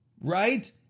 right